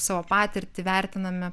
savo patirtį vertiname